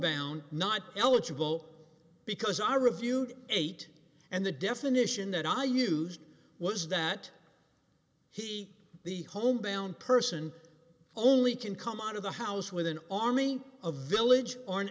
d not eligible because i reviewed eight and the definition that i used was that he the homebound person only can come out of the house with an army of a village